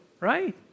Right